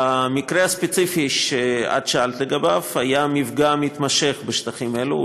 במקרה הספציפי ששאלת לגביו היה מפגע מתמשך בשטחים אלו.